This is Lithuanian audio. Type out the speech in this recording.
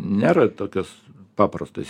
nėra tokios paprastos